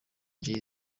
jay